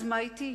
אז מה אתי?